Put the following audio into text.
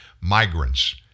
migrants